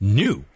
new